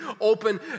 open